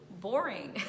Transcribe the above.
boring